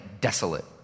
desolate